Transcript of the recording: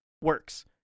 works